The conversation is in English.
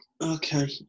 Okay